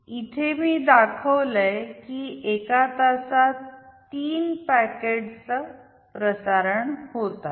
इथे मी दाखवलय की एका तासात तीन पॅकेट च प्रसारण होत आहे